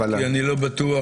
כי אני לא בטוח